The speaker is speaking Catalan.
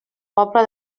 poble